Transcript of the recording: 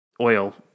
oil